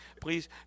Please